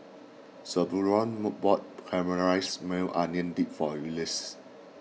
Zebulon more bought Caramelized Maui Onion Dip for Ulises